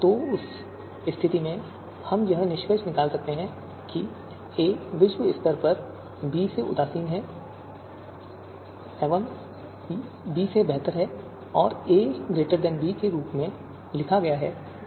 तो उस स्थिति में हम यह निष्कर्ष निकाल सकते हैं कि a विश्व स्तर पर b से बेहतर है और a b के रूप में लिखा गया है